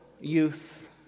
youth